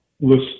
list